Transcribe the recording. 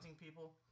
people